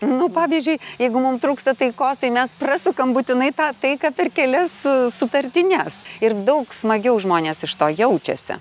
nu pavyzdžiui jeigu mum trūksta taikos tai mes prasukam būtinai tą taiką per kelias sutartines ir daug smagiau žmonės iš to jaučiasi